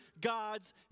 God's